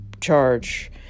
charge